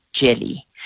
jelly